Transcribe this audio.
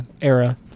era